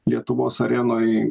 lietuvos arenoj